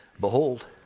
Behold